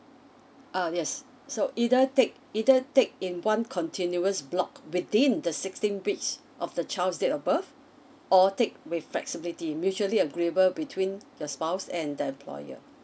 uh yes so either take either take in one continuous block within the sixteen weeks of the child's date of birth or take with flexibility mutually agreeable between the spouse and the employer